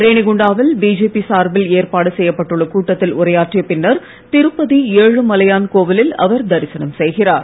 ரேணிகுண்டா வில் பிஜேபி சார்பில் ஏற்பாடு செய்யப்பட்டுள்ள கூட்டத்தில் உரையாற்றிய பின்னர் திருப்பதி ஏழுமலையான் கோவிலில் அவர் தரிசனம் செய்கிறார்